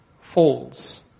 falls